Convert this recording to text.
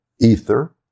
Ether